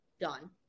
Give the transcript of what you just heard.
done